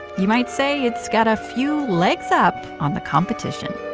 you might say it's got a few legs up on the competition.